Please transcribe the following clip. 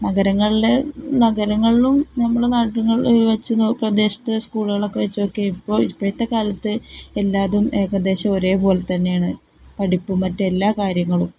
നഗരങ്ങളിൽ നഗരങ്ങളിലും നമ്മളുടെ നാട്ടിലങ് വെച്ച് പ്രദേശത്തെ സ്കൂളുകളൊക്കെ വെച്ച് നോക്കിയാൽ ഇപ്പോൾ ഇപ്പോഴത്തെ കാലത്ത് എല്ലായിതും ഏകദേശം ഒരേ പോലെ തന്നെയാണ് പഠിപ്പും മറ്റ് എല്ലാ കാര്യങ്ങളും